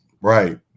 right